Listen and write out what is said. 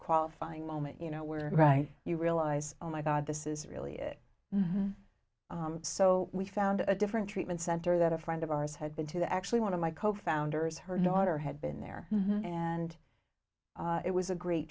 qualifying moment you know where right you realize oh my god this is really so we found a different treatment center that a friend of ours had been to the actually one of my co founders her daughter had been there and it was a great